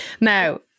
now